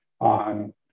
on